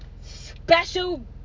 special